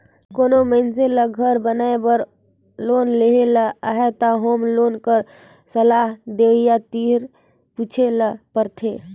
कोनो मइनसे ल घर बनाए बर लोन लेहे ले अहे त होम लोन कर सलाह देवइया तीर पूछे ल परथे